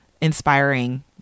inspiring